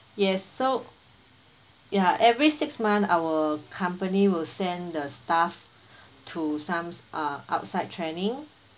yes so ya every six month our company will send the staff to some s~ ah outside training